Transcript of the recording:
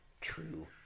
true